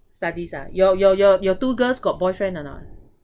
studies ah your your your your two girls got boyfriend or not